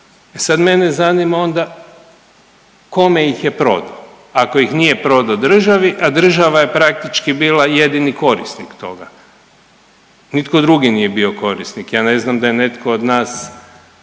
sad mene zanima onda kome ih je prodao ako ih nije prodao državi, a država je praktički bila jedini korisnik toga? Nitko drugi nije bio korisnik, ja ne znam da je netko od nas